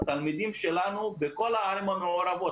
לתלמידים שלנו בכל הערים המעורבות?